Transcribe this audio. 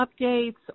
updates